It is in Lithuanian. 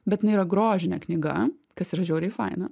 bet jinai yra grožinė knyga kas yra žiauriai faina